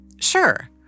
Sure